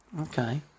Okay